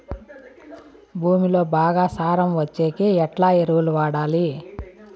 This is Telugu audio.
భూమిలో బాగా సారం వచ్చేకి ఎట్లా ఎరువులు వాడాలి?